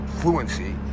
fluency